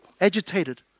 agitated